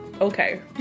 Okay